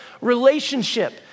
relationship